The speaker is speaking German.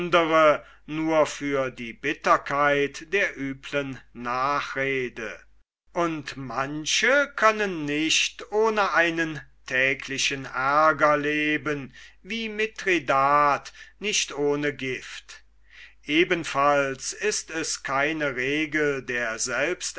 nur für die bitterkeit der übeln nachrede und manche können nicht ohne einen täglichen aerger leben wie mithridat nicht ohne gift ebenfalls ist es keine regel der